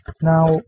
now